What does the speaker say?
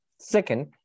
Second